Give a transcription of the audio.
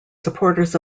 supporters